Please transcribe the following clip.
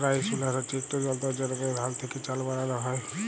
rice huller হছে ইকট যল্তর যেটতে ধাল থ্যাকে চাল বালাল হ্যয়